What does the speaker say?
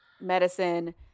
medicine